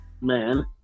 man